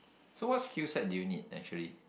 so what skill set do you need actually